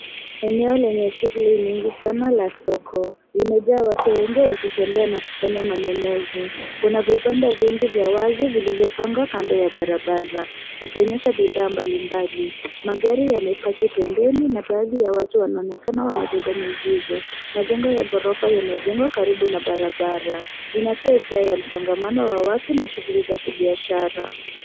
Eneo lenye shughuli nyingi sana la soko limejaa watu wengi wakitembea na wakifanya manunuzi. Kuna vibanda vingi vya wazi vilivyopangwa kando ya barabara vikionyesha bidhaa mbalimbali. Magari yamepaki pembeni na baadhi ya watu wanaonekana wamebeba mizigo. Majengo ya gorofa yamejengwa karibu na barabara. Inatoa hisia ya msongamano wa watu na shughuli za kibiashara.